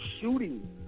shooting